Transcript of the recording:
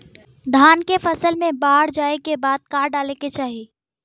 धान के फ़सल मे बाढ़ जाऐं के बाद का डाले के चाही?